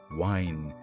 wine